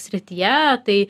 srityje tai